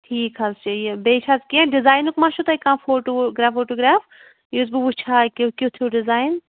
ٹھیٖک حظ چھُ یہِ بیٚیہِ چھا حظ کیٚنٛہہ ڈِزاینُک ما چھُو تۄہہِ کانٛہہ فوٹوٗگرٛاف ووٹوٗگرٛاف یُس بہٕ وُچھٕہا کہِ کیُتھ ہیٛوٗ ڈِزایِن